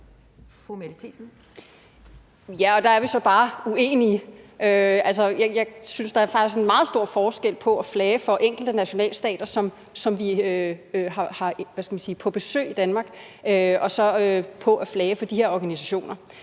Der er vi så bare uenige. Jeg synes faktisk, der er meget stor forskel på at flage for enkelte nationalstater, som vi har på besøg i Danmark, og så på at flage for de her organisationer.